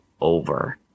over